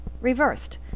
reversed